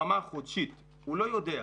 ברמה חודשית הם לא יודעים.